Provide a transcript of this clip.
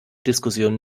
diskussion